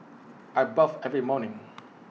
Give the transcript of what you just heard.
I bathe every morning